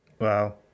Wow